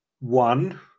One